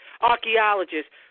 archaeologists